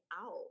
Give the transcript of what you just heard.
out